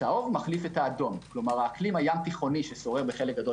האקלים הים תיכוני ששורר בחלק גדול